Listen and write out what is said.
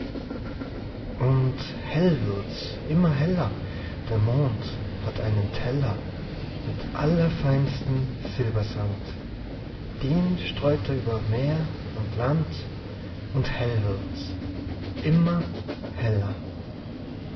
und hell wirds immer heller der mond hat einen teller mit allerfeinstem silbersand den streut er über meer und land und hell wirds immer heller